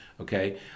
okay